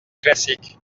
classique